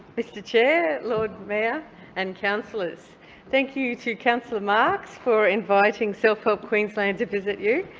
mr chair, lord mayor and councillors, thank you to councillor marx for inviting self help queensland to visit you,